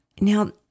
Now